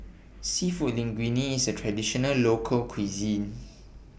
Seafood Linguine IS A Traditional Local Cuisine